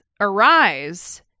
arise